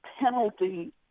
penalty